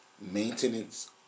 maintenance